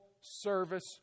service